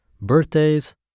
birthdays